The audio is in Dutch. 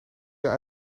jij